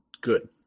good